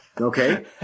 Okay